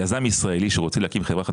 יזם ישראלי שרוצה להקים חברה חדשה,